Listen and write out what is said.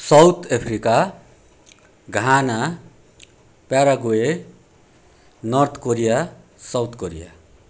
south Africa Ghana Paraguay North Korea South Korea